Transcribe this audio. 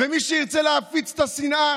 מי שירצה להפיץ את השנאה